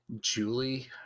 Julie